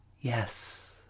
Yes